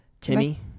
Timmy